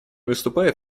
выступает